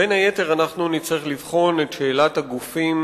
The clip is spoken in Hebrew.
בין היתר נצטרך לבחון את שאלת הגופים